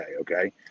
okay